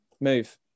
move